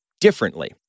differently